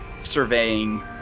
surveying